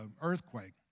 earthquake